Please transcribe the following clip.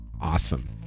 Awesome